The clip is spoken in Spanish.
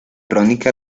crónica